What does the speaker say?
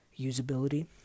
usability